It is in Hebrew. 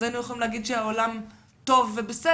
אז היינו יכולים להגיד שהעולם טוב ובסדר,